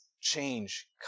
change